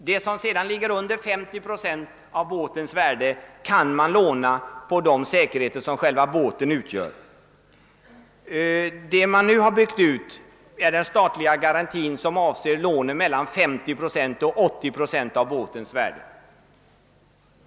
Det som sedan ligger under 50 procent av båtens värde kan man låna på de säkerheter som själva båten utgör. Vad som nu byggs ut är den statliga garanti som avser lån mellan 50 och 80 procent av båtens värde.